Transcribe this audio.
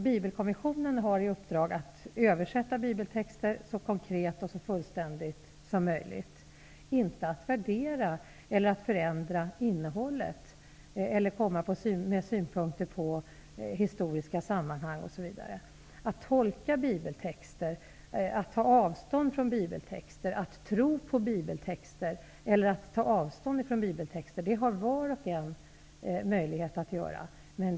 Bibelkommissionen har i uppdrag att översätta bibeltexterna så konkret och så fullständigt som möjligt, inte att värdera eller förändra innehållet eller komma med synpunkter på historiska sammanhang. Att tolka bibeltexter, att tro på bibeltexter eller att ta avstånd från dem har var och en möjlighet att själv göra.